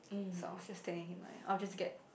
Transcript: so I was just telling him like I'll just get